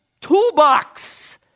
toolbox